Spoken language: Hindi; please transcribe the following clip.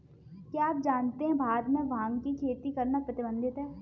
क्या आप जानते है भारत में भांग की खेती करना प्रतिबंधित है?